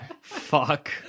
Fuck